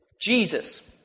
Jesus